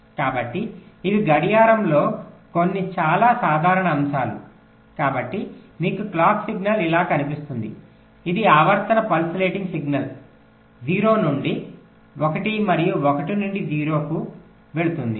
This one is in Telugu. కాబట్టి ఇవి గడియారంలో కొన్ని చాలా సాధారణ అంశాలు కాబట్టి మీకు క్లాక్ సిగ్నల్ ఇలా కనిపిస్తుంది ఇది ఆవర్తన పల్సేటింగ్ సిగ్నల్స్ 0 నుండి 1 మరియు 1 నుండి 0 వరకు వెళుతుంది